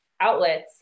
outlets